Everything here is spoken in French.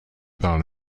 par